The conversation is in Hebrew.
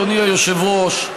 אדוני היושב-ראש,